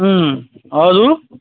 अँ अरू